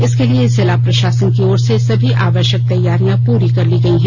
इसके लिए जिला प्रशासन की ओर से सभी आवश्यक तैयारियां पूरी कर ली गयी है